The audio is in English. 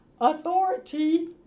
authority